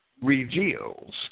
reveals